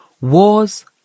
Wars